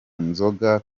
nzoga